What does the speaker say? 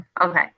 Okay